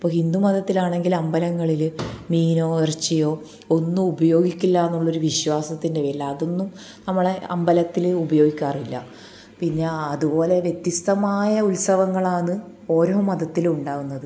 ഇപ്പോൾ ഹിന്ദു മതത്തിലാണെങ്കിൽ അമ്പലങ്ങളിൽ മീനോ എറച്ചിയോ ഒന്നും ഉപയോഗിക്കുല്ലാന്നുള്ളൊരു വിശ്വാസത്തിന്റെ പേരിൽ അതൊന്നും നമ്മളെ അമ്പലത്തിൽ ഉപയോഗിക്കാറില്ല പിന്നെ അതുപോലെ വ്യത്യസ്തമായ ഉത്സാവങ്ങളാന്ന് ഓരോ മതത്തിലും ഉണ്ടാവുന്നത്